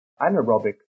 anaerobic